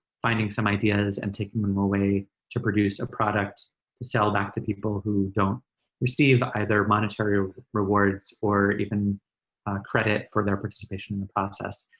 finding some ideas and taking them away to produce a product to sell back to people who don't receive either monetary rewards or even credit for their participation in the process.